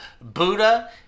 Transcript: Buddha